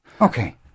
Okay